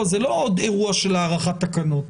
זה לא עוד אירוע של הארכת תקנות.